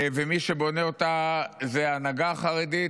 ומי שבונה אותה זה ההנהגה החרדית,